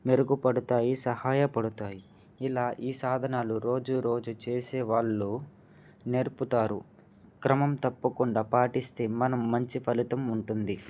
మెరుగుపడతాయి సహాయపడతాయి ఇలా ఈ సాధనాలు రోజు రోజు చేసే వాళ్ళు నేర్పుతారు క్రమం తప్పకుండా పాటిస్తే మనకు మంచి ఫలితం ఉంటుంది